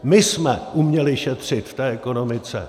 My jsme uměli šetřit v té ekonomice.